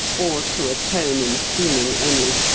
or to atone in seeming only.